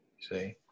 See